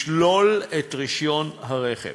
לשלול את רישיון הרכב,